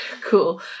cool